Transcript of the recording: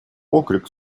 окрик